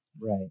Right